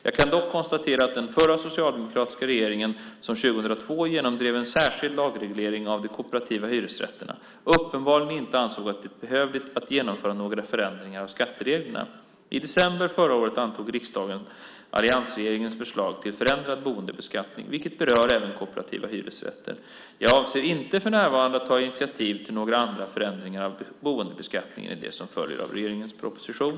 Jag kan dock konstatera att den förra socialdemokratiska regeringen, som 2002 genomdrev en särskild lagreglering av de kooperativa hyresrätterna, uppenbarligen inte ansåg det behövligt att genomföra några förändringar av skattereglerna. I december förra året antog riksdagen alliansregeringens förslag till förändrad boendebeskattning, vilket berör även kooperativa hyresrätter. Jag avser inte för närvarande att ta initiativ till några andra förändringar av boendebeskattningen än de som följer av regeringens proposition.